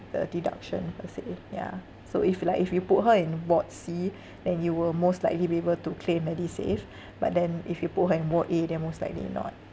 the deduction per se ya so if like if you put her in ward C then you will most likely be able to claim medisave but then if you put her in ward A then most likely not